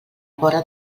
vora